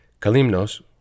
Kalimnos